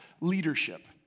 leadership